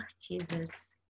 Jesus